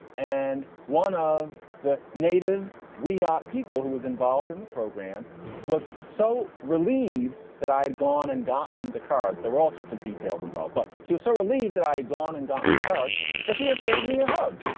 and one of the native. we are people who was involved in the program was so relieved that i had gone and gotten the cards. there were all sorts of details involved. but he was so relieved that i had gone and gotten the cards that he had gave me a hug.